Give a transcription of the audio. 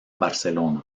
barcelona